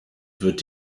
wird